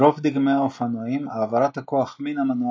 ברוב דגמי האופנועים העברת הכוח מן המנוע